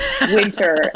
winter